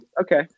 Okay